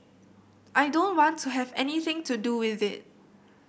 I don't want to have anything to do with it